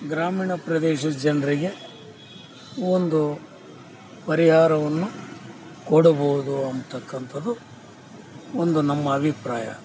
ಗ್ರಾಮೀಣ ಪ್ರದೇಶ ಜನರಿಗೆ ಒಂದು ಪರಿಹಾರವನ್ನು ಕೊಡ್ಬೋದು ಅಂತಕ್ಕಂಥದ್ದು ಒಂದು ನಮ್ಮ ಅಭಿಪ್ರಾಯ